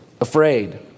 afraid